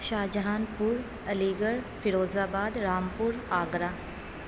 شاہ جہاں پور Aligarh Firozabad Rampur Agra